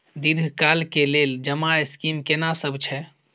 दीर्घ काल के लेल जमा स्कीम केना सब छै?